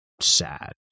sad